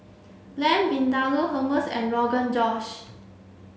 Lamb Vindaloo Hummus and Rogan Josh